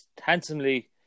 handsomely